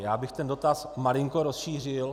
Já bych ten dotaz malinko rozšířil.